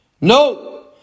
No